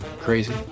crazy